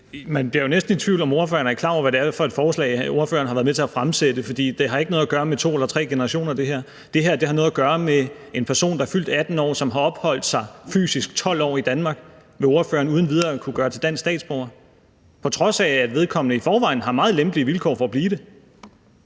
man bliver jo næsten i tvivl om, om ordføreren er klar over, hvad det er for et forslag, ordføreren har været med til at fremsætte, for det her har ikke noget at gøre med to eller tre generationer. Det her har noget at gøre med, at spørgeren uden videre vil kunne gøre en person, der er fyldt 18 år, og som har opholdt sig fysisk 12 år i Danmark, til dansk statsborger, på trods af at vedkommende i forvejen har meget lempelige vilkår for at blive det.